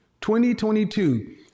2022